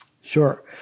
Sure